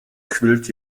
quillt